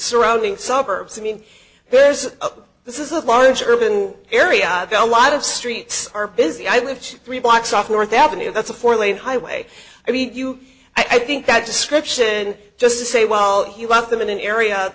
surrounding suburbs i mean there's a this is a large urban area a lot of streets are busy i live three blocks off north avenue that's a four lane highway i mean i think that description just to say well he left them in an area